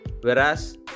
Whereas